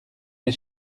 mes